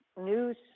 news